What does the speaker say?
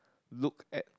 look at